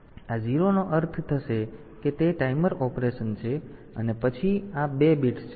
તેથી આ 0 નો અર્થ થશે કે તે ટાઈમર ઓપરેશન છે અને પછી આ 2 બિટ્સ છે